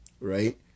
right